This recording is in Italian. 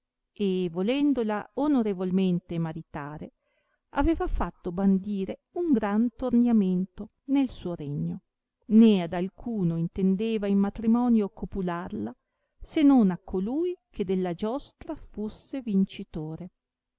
e volendola onorevolmente maritare aveva fatto bandire un gran torniamento nel suo regno né ad alcuno intendeva in matrimonio copularla se non a colui che della giostra fusse vincitore